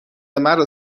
مرا